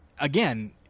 again